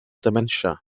dementia